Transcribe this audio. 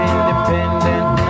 independent